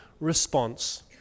response